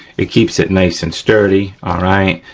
it keeps it nice and sturdy, all right.